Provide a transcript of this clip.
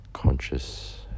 conscious